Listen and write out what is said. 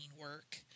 work